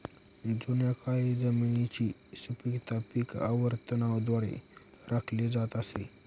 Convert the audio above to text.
जुन्या काळी जमिनीची सुपीकता पीक आवर्तनाद्वारे राखली जात असे